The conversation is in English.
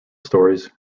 stories